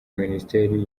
minisiteri